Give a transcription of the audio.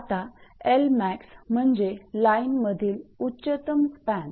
आता 𝐿𝑚𝑎𝑥 म्हणजे लाईनमधील उच्चतम स्पॅन